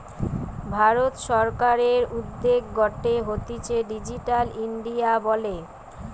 ভারত সরকারের উদ্যোগ গটে হতিছে ডিজিটাল ইন্ডিয়া বলে